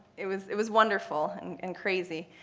it was it was wonderful and crazy.